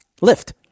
LIFT